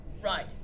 Right